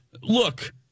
look